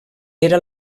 era